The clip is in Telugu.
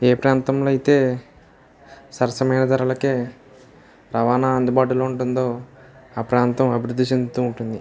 ఏ ప్రాంతంలో అయితే సరసమైన ధరలకు రవాణా అందుబాటులో ఉంటుందో ఆ ప్రాంతం అభివృద్ధి చెందుతు ఉంటుంది